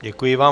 Děkuji vám.